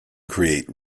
create